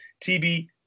tb